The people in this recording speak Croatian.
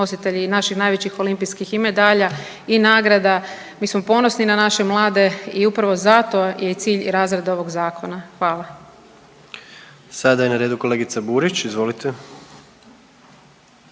nositelji i naših najvećih i olimpijskih i medalja i nagrada, mi smo ponosni na naše mlade i upravo zato je cilj i razred ovog zakona. Hvala. **Jandroković, Gordan (HDZ)** Sada je na redu kolegica Burić, izvolite.